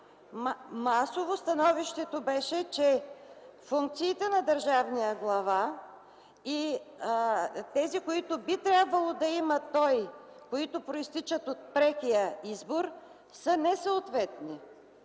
масово становището беше, че функциите на държавния глава и тези, които би трябвало да има той, които произтичат от прекия избор, са несъответни.